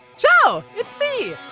ciao! it's me!